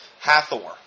Hathor